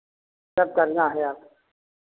सब करना है आपको